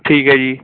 ਠੀਕ ਹੈ ਜੀ